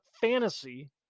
fantasy